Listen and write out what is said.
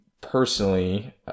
personally